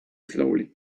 slowly